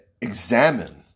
examine